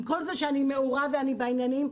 עם כל זה שאני מעורה ואני בעניינים,